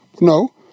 No